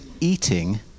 eating